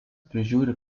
prižiūri